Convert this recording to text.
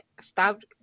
stopped